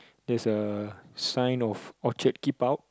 there's a sign of orchard keep out